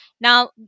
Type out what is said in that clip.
Now